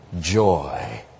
joy